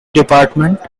department